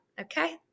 okay